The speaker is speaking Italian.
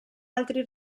altri